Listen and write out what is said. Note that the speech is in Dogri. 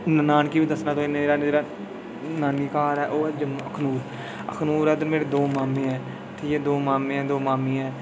नानकै बी दस्सना तुसें मेरा नानी घर ऐ ओह् जम्मू अखनूर ऐ अखनूर ऐ ते मेरे दौं मामें ऐ ठीक ऐ दौ मामें दौ मामियां